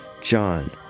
John